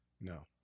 No